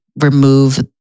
remove